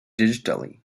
digitally